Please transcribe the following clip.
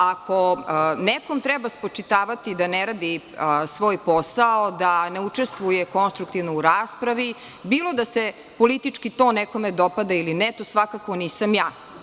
Ako nekom treba spočitavati da ne radi svoj posao, da ne učestvuje konstruktivno u raspravi, bilo da se politički to nekome dopada ili ne, to svakako nisam ja.